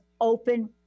open